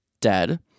dead